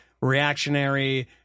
reactionary